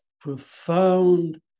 profound